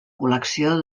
col·lecció